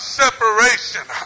separation